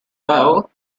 bow